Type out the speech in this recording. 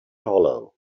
hollow